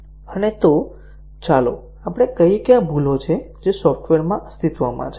અને તો ચાલો આપણે કહીએ કે આ ભૂલો છે જે સોફ્ટવેરમાં અસ્તિત્વમાં છે